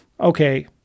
Okay